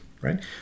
right